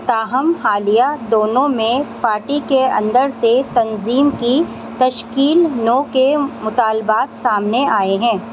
تاہم حالیہ دونوں میں پارٹی کے اندر سے تنظیم کی تشکیل نو کے مطالبات سامنے آئے ہیں